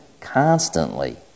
constantly